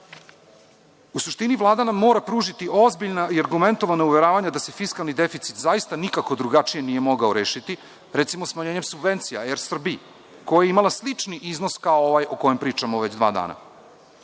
suštini Vlada nam mora pružiti ozbiljna i argumentovana uveravanja da se fiskalni deficit zaista nikako drugačije nije mogao rešiti. Recimo, smanjenjem subvencija ER Srbiji, koja je imala slični iznos kao ovaj o kojem pričamo već dva